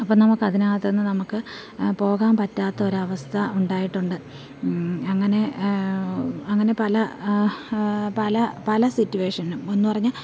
അപ്പോള് നമ്മള്ക്ക് അതിനകത്തുനിന്നു നമ്മള്ക്ക് പോകാൻ പറ്റാത്ത ഒരവസ്ഥ ഉണ്ടായിട്ടുണ്ട് അങ്ങനെ അങ്ങനെ പല പല പല സിറ്റുവേഷനും എന്നു പറഞ്ഞാല്